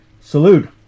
Salute